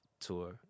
tour